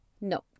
no